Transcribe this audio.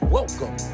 Welcome